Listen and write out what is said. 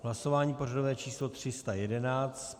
Hlasování pořadové číslo 311.